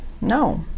no